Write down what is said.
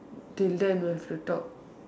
till then we have to talk